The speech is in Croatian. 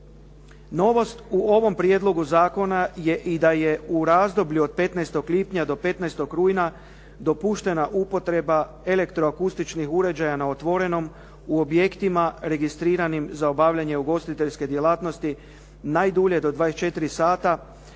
Novost u ovom prijedlogu zakona je i da je u razdoblju od 15. lipnja do 15. rujna dopuštena upotreba elektroakustičkih uređaja na otvorenom u objektima registriranim za obavljanje ugostiteljske djelatnosti najdulje do 24,00 sata